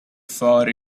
far